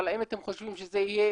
אבל האם אתם חושבים שזה יהיה